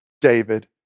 David